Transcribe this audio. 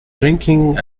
drinking